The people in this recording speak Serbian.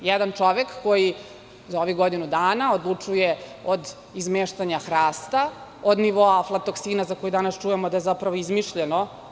To je jedan čovek koji za ovih godinu dana odlučuje od izmeštanja hrasta, od nivoa aflatoksina, za koji danas čujemo da je zapravo izmišljeno.